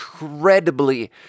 incredibly